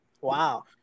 Wow